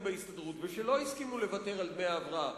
בהסתדרות ולא הסכימו לוותר על דמי ההבראה.